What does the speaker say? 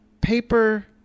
paper